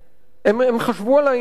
הם חשבו על העניין,